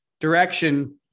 direction